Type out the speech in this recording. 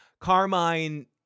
Carmine